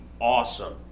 awesome